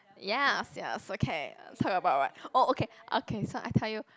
yes yes okay talk about what oh okay okay so I tell you